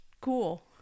cool